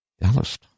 Dallas